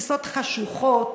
לתפיסות חשוכות,